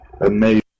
amazing